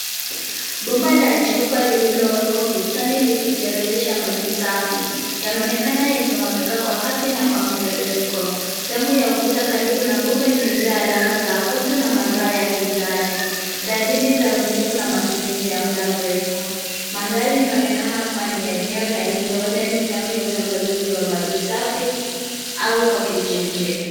Bomba la chupa lililowekwa ukutani likitiririsha maji safi. Yanaonekana yakimwagika kwa kasi na kwa mtiririko. Sehemu ya ukuta karibu na bomba imejaa alama za kutu na madoa ya kijani. Dalili za unyevu na matumizi ya muda mrefu. Mandhari inaonekana kuwa ni ya eneo la ya nje huenda ni sehemu ya usambazaji wa maji safi, au kwa kijiji.